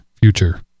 future